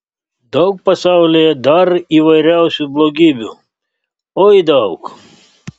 daug pasaulyje dar įvairiausių blogybių oi daug